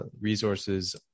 resources